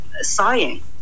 sighing